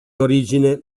origine